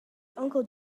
uncle